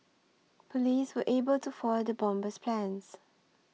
police were able to foil the bomber's plans